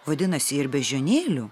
vadinasi ir beždžionėlių